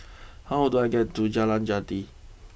how do I get to Jalan Jati